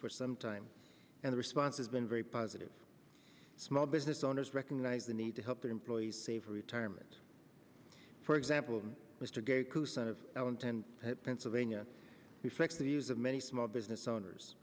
for some time and the response has been very positive small business owners recognize the need to help their employees save for retirement for example mr coo son of l n ten pennsylvania reflects the views of many small business owners